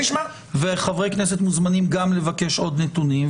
וחברי כנסת מוזמנים גם לבקש עוד נתונים,